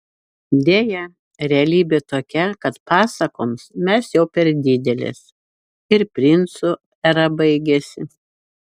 deja realybė tokia kad pasakoms mes jau per didelės ir princų era baigėsi